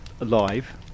alive